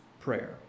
prayer